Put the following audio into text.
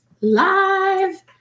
live